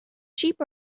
sheep